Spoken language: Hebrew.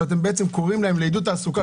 שאתם בעצם קוראים להם לעידוד תעסוקה,